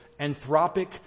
anthropic